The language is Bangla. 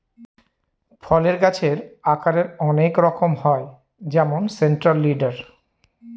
ফলের গাছের আকারের অনেক রকম হয় যেমন সেন্ট্রাল লিডার